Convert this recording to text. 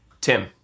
Tim